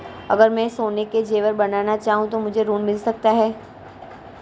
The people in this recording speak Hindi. अगर मैं सोने के ज़ेवर बनाना चाहूं तो मुझे ऋण मिल सकता है?